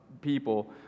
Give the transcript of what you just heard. people